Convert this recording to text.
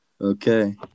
okay